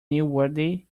newsworthy